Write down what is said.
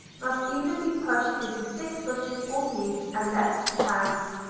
must either be pushed into thick bushes or reeds and left to chance,